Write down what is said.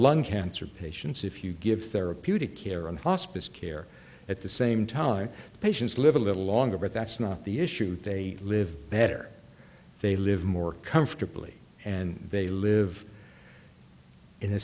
lung cancer patients if you give therapeutic care on hospice care at the same time the patients live a little longer but that's not the issue they live better they live more comfortably and they live in a